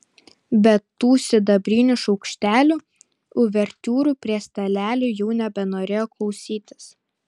bet tų sidabrinių šaukštelių uvertiūrų prie stalelių jau nebenorėjo klausytis